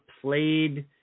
played